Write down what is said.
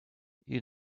you